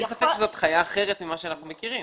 אין ספק שזאת חיה אחרת מזו שאנחנו מכירים.